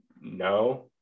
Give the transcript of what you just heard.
no